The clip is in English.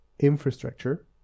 infrastructure